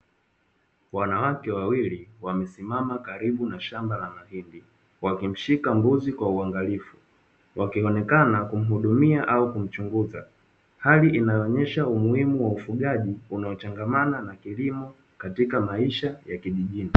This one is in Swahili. Wanawake wawili wamesimama karibu na shamba la mahindi wakimshika mbuzi kwa uangalifu, wakionekana kumhudumia au kumchunguza hali inaonyesha umuhimu wa ufugaji unaochangamana na kilimo katika maisha ya kijijini.